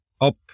up